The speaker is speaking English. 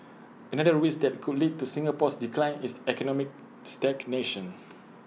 another risk that could lead to Singapore's decline is economic stagnation